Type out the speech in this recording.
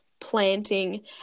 planting